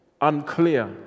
unclear